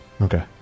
Okay